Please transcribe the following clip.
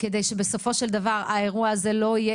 כדי שבסופו של דבר האירוע הזה לא יהיה